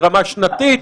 ברמה שנתית.